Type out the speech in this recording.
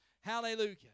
Hallelujah